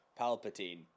Palpatine